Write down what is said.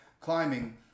Climbing